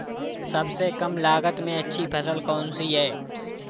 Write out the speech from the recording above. सबसे कम लागत में अच्छी फसल कौन सी है?